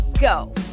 go